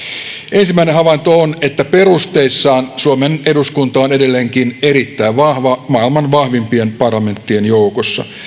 ensimmäinen havainto on että perusteissaan suomen eduskunta on edelleenkin erittäin vahva maailman vahvimpien parlamenttien joukossa